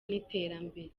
n’iterambere